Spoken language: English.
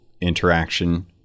interaction